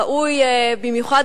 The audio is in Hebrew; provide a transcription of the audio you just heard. ראוי במיוחד,